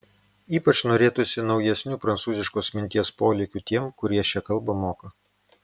ypač norėtųsi naujesnių prancūziškos minties polėkių tiems kurie šią kalbą moka